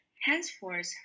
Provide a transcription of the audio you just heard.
Henceforth